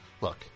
Look